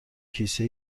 کیسه